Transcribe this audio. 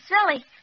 silly